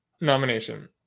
Nomination